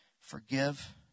Forgive